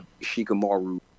Shikamaru